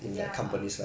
ya